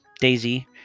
daisy